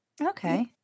Okay